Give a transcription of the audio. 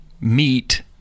meet